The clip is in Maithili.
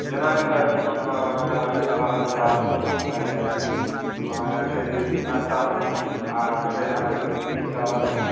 जेना की सर मतलब अहाँके जे छोला भटूरा जे अहाँके नास्तामे आ फेर अहाँके मीट चावल